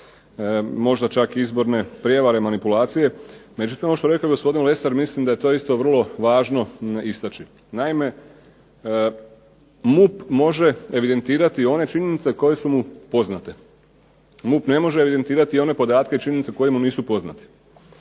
možda čak izborne prijevare, manipulacije. Međutim ono što je rekao gospodin Lesar mislim da je to isto vrlo važno istaći. Naime, MUP može evidentirati one činjenice koje su mu poznate. MUP ne može evidentirati one podatke i činjenice koje mu nisu poznate.